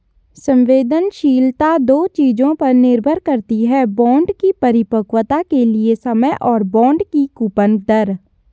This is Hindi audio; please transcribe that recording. संवेदनशीलता दो चीजों पर निर्भर करती है बॉन्ड की परिपक्वता के लिए समय और बॉन्ड की कूपन दर